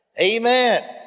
Amen